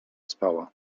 spała